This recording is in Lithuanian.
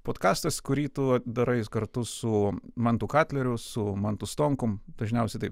podkastas kurį tu darai kartu su mantu katleriu su mantu stonkum dažniausiai taip